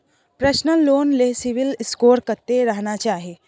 Personal loan ले CIBIL score कत्ते रहना चाही?